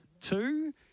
Two